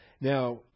now